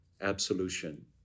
absolution